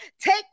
take